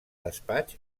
despatx